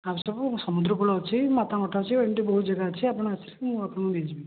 ଫାଷ୍ଟରୁ ସମୁଦ୍ର କୁଳ ଅଛି ମାତାମଠ ଅଛି ଏମିତି ବହୁତ ଯାଗା ଅଛି ଆପଣ ଆସିଲେ ମୁଁ ଆପଣଙ୍କୁ ନେଇଯିବି